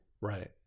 Right